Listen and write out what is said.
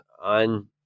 on